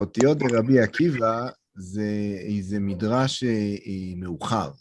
אותי עוד רבי עקיבא, זה מדרש מאוחר.